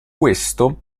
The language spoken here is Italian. questo